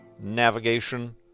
navigation